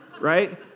right